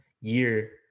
year